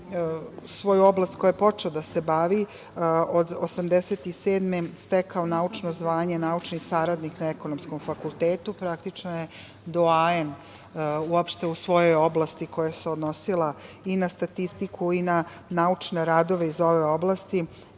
svoju oblast kojom je počeo da se bavi od 1987. godine stekao naučno zvanje – naučni saradnik na Ekonomskom fakultetu. Praktično je doajen uopšte u svojoj oblasti, koja se odnosila i na statistiku i na naučne radove iz ove oblasti,